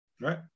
Right